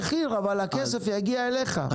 הם יריבו על המחיר אבל הכסף יגיע אליך,